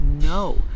No